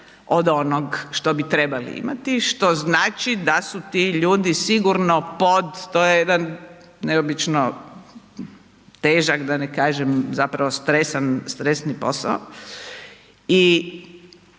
od onog što bi trebali imati što znači da su ti ljudi sigurno pod, to je jedan neobično težak da ne kažem zapravo stresan,